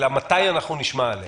אלא מתי אנחנו נשמע עליה.